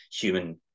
human